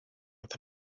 with